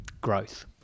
Growth